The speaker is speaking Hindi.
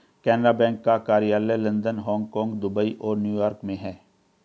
केनरा बैंक का कार्यालय लंदन हांगकांग दुबई और न्यू यॉर्क में है